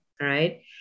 right